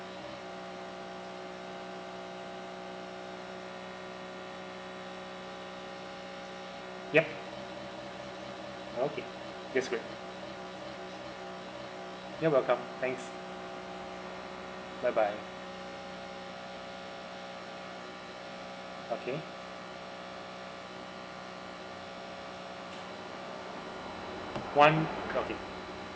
yup okay yes great you're welcome thanks bye bye okay one okay